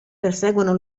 perseguono